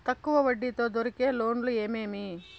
తక్కువ వడ్డీ తో దొరికే లోన్లు ఏమేమీ?